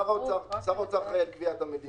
שר האוצר אחראי על קביעת המדיניות,